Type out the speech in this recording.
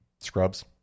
Scrubs